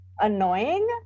Annoying